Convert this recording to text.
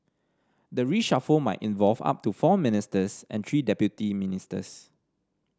the reshuffle might involve up to four ministers and three deputy ministers